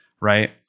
right